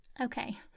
okay